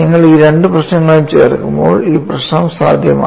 നിങ്ങൾ ഈ രണ്ട് പ്രശ്നങ്ങളും ചേർക്കുമ്പോൾ ഈ പ്രശ്നം സാധ്യമാണ്